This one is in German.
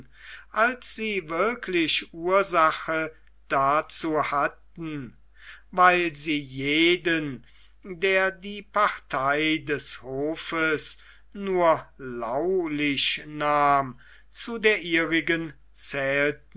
als sie wirklich ursache dazu hatten weil sie jeden der die partei des hofes nur laulich nahm zu der ihrigen